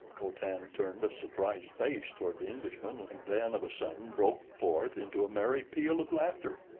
co-tan turned a surprised face toward the englishman and then of a sudden broke forth into a merry peal of laughter.